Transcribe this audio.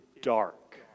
dark